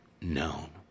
known